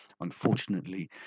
unfortunately